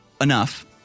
enough